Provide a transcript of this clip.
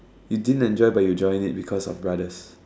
you didn't enjoy but you joined it because of brothers